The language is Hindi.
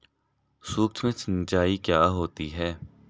सुक्ष्म सिंचाई क्या होती है?